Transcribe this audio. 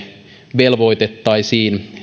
velvoitettaisiin